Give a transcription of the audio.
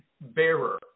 bearer